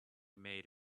made